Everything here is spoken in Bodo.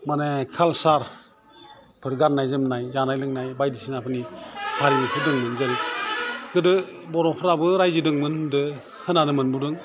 माने कालसारफोर गान्नाय जोमनाय जानाय लोंनाय बायदिसिनाफोरनि हारिमुफोर दंमोन जेन गोदो बर'फोराबो रायजो दोंमोन होनदो खोनानो मोनबावदों